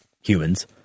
humans